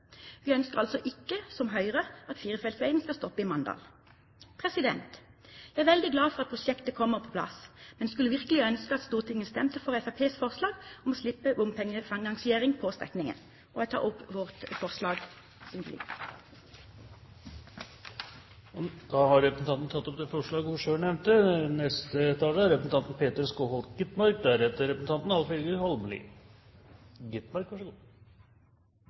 Vi ønsker altså ikke, som Høyre, at firefeltsveien skal stoppe i Mandal. Jeg er veldig glad for at prosjektet kommer på plass, men skulle virkelig ønske at Stortinget stemte for Fremskrittspartiets forslag om å slippe bompengefinansiering på strekningen. Jeg tar opp vårt forslag slik det foreligger. Representanten Ingebjørg Godskesen har tatt opp det forslaget hun refererte til. En lang kamp er